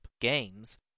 games